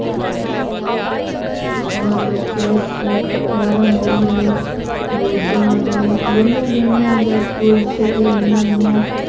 होर जैसे कैरमबोर्ड ऐ लूडो ऐ बड़ियां गेमां न साढ़े स्कूल उत्थें खेल्लने होन्ने आं